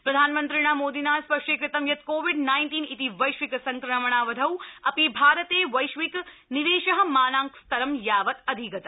प्रधानमन्त्रिणा मोदिना स्थष्टीक़तं यत् कोविड नाइन्टीन इति वैश्विक संक्रमणावधौ अप्रि भारते वैश्विक निवेश मानांक स्तरं यावत् अधिगत